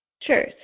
Sure